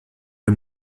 der